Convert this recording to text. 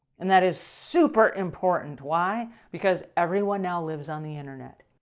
and that is super important. why? because everyone now lives on the internet.